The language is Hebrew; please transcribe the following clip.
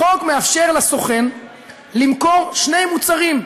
החוק מאפשר לסוכן למכור שני מוצרים: